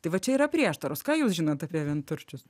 tai va čia yra prieštaros ką jūs žinot apie vienturčius